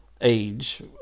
age